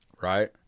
right